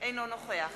אינו נוכח